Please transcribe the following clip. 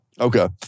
Okay